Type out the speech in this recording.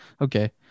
Okay